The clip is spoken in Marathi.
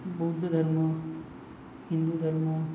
बौद्ध धर्म हिंदू धर्म